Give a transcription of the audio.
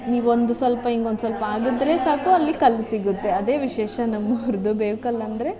ನೀವು ಒಂದು ಸ್ವಲ್ಪ ಹೀಗೊಂದ್ ಸ್ವಲ್ಪ ಅಗಿದ್ರೆ ಸಾಕು ಅಲ್ಲಿ ಕಲ್ಲು ಸಿಗುತ್ತೆ ಅದೇ ವಿಶೇಷ ನಮ್ಮ ಊರದ್ದು ಬೇವುಕಲ್ ಅಂದರೆ